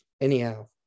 Anyhow